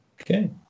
Okay